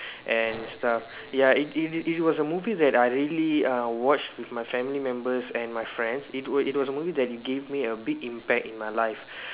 and stuff ya it it it was a movie that I really uh watch with my family members and my friends it was it was really a movie that gave a big impact in my life